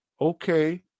Okay